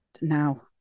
Now